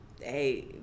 hey